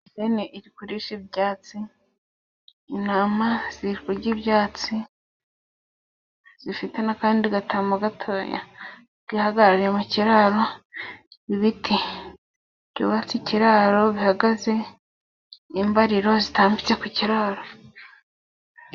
Ihene iri kurisha ibyatsi，intama ziri kurya ibyatsi， zifite n'akandi gatama gatoya， kihagarariye mu kiraro，ibiti byubatse ikiraro bihagaze， imbariro zitambitse ku kiraro.